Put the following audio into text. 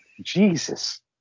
Jesus